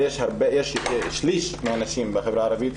שליש מהנשים מהחברה הערבית,